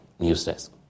Newsdesk